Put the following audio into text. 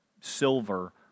silver